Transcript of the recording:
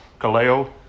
kaleo